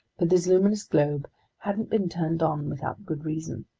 but this luminous globe hadn't been turned on without good reason.